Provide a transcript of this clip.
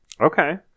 okay